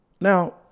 Now